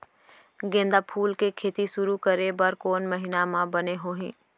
गेंदा फूल के खेती शुरू करे बर कौन महीना मा बने होही?